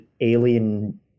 alien